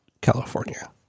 California